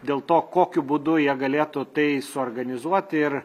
dėl to kokiu būdu jie galėtų tai suorganizuoti ir